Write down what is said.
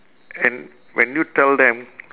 and when you tell them